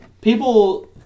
People